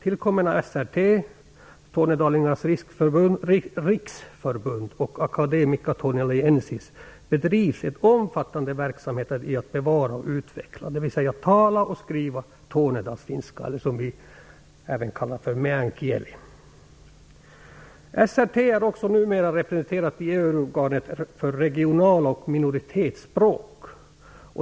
STR-T, Tornedaliensis bedriver en omfattande verksamhet för att bevara och utveckla talad och skriven Tornedalsfinska, meän kieli som vi även brukar kalla den. STR-T är numera också representerat i EU organet för regionala språk och minoritetsspråk.